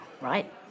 right